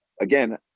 again